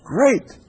Great